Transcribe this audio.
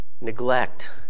neglect